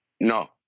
No